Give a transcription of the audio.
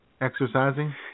exercising